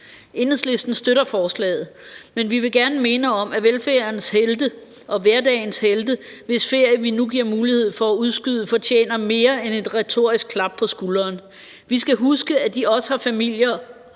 Enhedslisten støtter forslaget, men vi vil gerne minde om, at velfærdens helte og hverdagens helte, hvis ferie vi nu giver mulighed for at udskyde, fortjener mere end et retorisk klap på skulderen. Vi skal huske, at de også har familier,